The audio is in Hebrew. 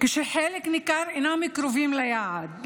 כשחלק ניכר אינם קרובים ליעד.